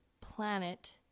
planet